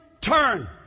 turn